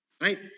right